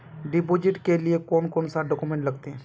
Deposit के लिए कौन कौन से डॉक्यूमेंट लगते?